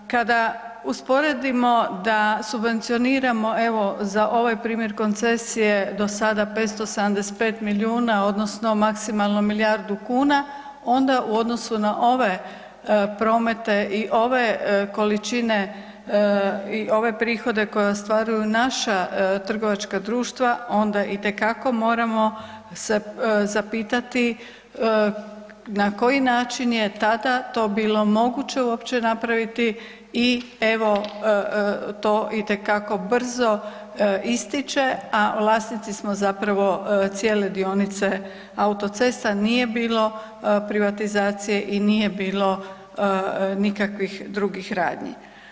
Kada usporedimo da subvencioniramo evo za ovaj primjer koncesije do sada 575 milijuna odnosno maksimalno milijardu kuna onda u odnosu na ove promete i ove količine i ove prihode koje ostvaruju naša trgovačka društva onda itekako moramo se zapitati na koji način je tada to bilo moguće uopće napraviti i evo to itekako brzi ističe, a vlasnici smo zapravo cijele dionice autocesta, nije bilo privatizacije i nije bilo nikakvih drugih radnji.